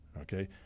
okay